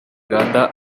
uganda